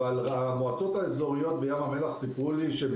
אבל המועצות האזוריות בים המלח סיפרו לי שהם